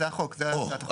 אלא זה החוק, זו הצעת החוק.